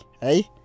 Hey